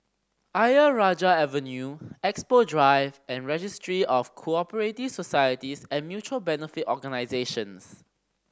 Ayer Rajah Avenue Expo Drive and Registry of Co Operative Societies and Mutual Benefit Organisations